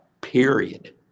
Period